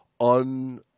un-